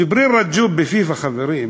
ג'יבריל רג'וב, בפיפ"א, חברים,